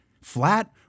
Flat